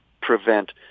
prevent